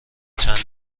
چند